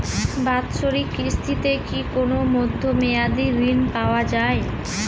বাৎসরিক কিস্তিতে কি কোন মধ্যমেয়াদি ঋণ পাওয়া যায়?